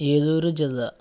ఏలూరు జిల్లా